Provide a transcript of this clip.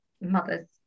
mother's